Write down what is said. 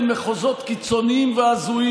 שהוא פתאום נהיה מחותן גדול מאוד בעניין הזה.